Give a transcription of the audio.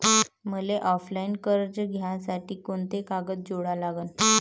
मले ऑफलाईन कर्ज घ्यासाठी कोंते कागद जोडा लागन?